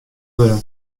wurde